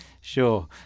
sure